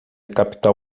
capital